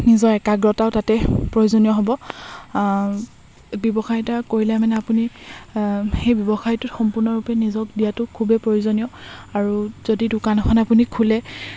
নিজৰ একাগ্ৰতাও তাতে প্ৰয়োজনীয় হ'ব ব্যৱসায় এটা কৰিলে মানে আপুনি সেই ব্যৱসায়টোত সম্পূৰ্ণৰূপে নিজক দিয়াটো খুবেই প্ৰয়োজনীয় আৰু যদি দোকান এখন আপুনি খোলে